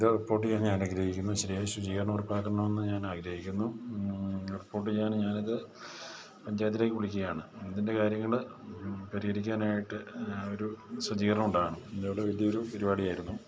ഇത് റിപ്പോർട്ട് ചെയ്യാൻ ഞാൻ ആഗ്രഹിക്കുന്നു ശരിയായ ശുചീകരണം ഉറപ്പാക്കണമെന്ന് ഞാൻ ആഗ്രഹിക്കുന്നു റിപ്പോർട്ട് ചെയ്യാൻ ഞാൻ അത് പഞ്ചായത്തിലേക്ക് വിളിക്കുകയാണ് ഇതിൻ്റെ കാര്യങ്ങൾ പരിഹരിക്കാനായിട്ട് ഒരു ശുചീകരണം ഉണ്ടാകണം അന്ന് അവിടെ വലിയ ഒരു പരിപാടി ആയിരുന്നു